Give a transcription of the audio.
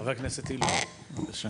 חבר הכנסת אילוז, בבקשה.